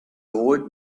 old